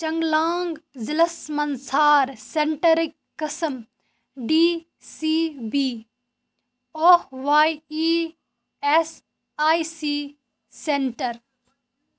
چنٛگلانٛگ ضِلعس منٛز ژھار سٮ۪نٛٹَرٕکۍ قٕسٕم ڈی سی بی اوٚہ وَے E S I C centre